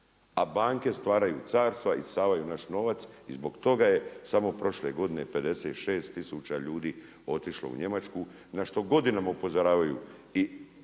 a banke stvaraju carstva, isisavaju naš novac. I zbog toga je samo prošle godine 56 tisuća ljudi otišlo u Njemačku na što godinama upozoravaju i